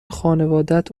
خانوادت